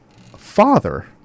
father